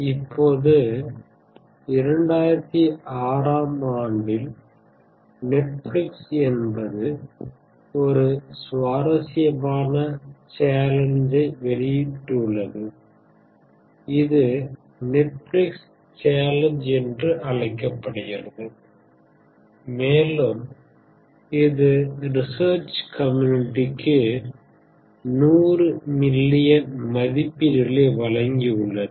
இப்போது 2006 ஆம் ஆண்டில் நெட்ஃபிலிக்ஸ் என்பது ஒரு சுவாரஸ்யமான சேலன்ஜை வெளியிட்டடுள்ளது இது நெட்ஃபிலிக்ஸ் சேலன்ஜ் என்று அழைக்கப்படுகிறது மேலும் இது ரெசெர்ச் கமுனிட்டிக்கு 100 மில்லியன் மதிப்பீடுகளை வழங்கி உள்ளது